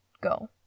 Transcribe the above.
go